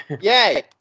Yay